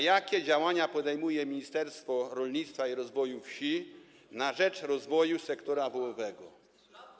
Jakie działania podejmuje Ministerstwo Rolnictwa i Rozwoju Wsi na rzecz rozwoju sektora wołowego?